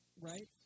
right